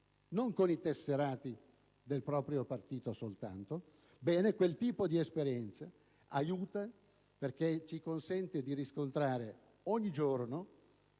con i tesserati del proprio partito. Bene, quel tipo di esperienza aiuta perché ci consente di riscontrare ogni giorno